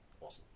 awesome